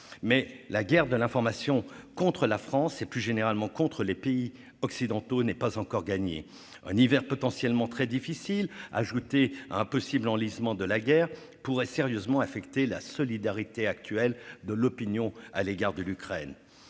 la guerre de l'information contre la France, et plus généralement contre les pays occidentaux, n'est pas encore gagnée. Un hiver potentiellement très difficile, ajouté à un possible enlisement de la guerre, pourrait sérieusement affecter la solidarité actuelle de l'opinion à l'égard de l'Ukraine.